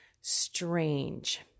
strange